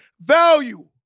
value